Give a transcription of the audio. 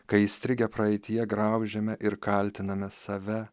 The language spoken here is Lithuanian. kai įstrigę praeityje graužiame ir kaltiname save